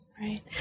Right